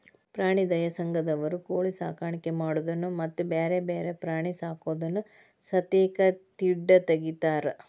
ಪ್ರಾಣಿ ದಯಾ ಸಂಘದಂತವರು ಕೋಳಿ ಸಾಕಾಣಿಕೆ ಮಾಡೋದನ್ನ ಮತ್ತ್ ಬ್ಯಾರೆ ಬ್ಯಾರೆ ಪ್ರಾಣಿ ಸಾಕೋದನ್ನ ಸತೇಕ ತಿಡ್ಡ ತಗಿತಾರ